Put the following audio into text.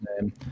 name